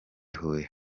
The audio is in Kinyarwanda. huye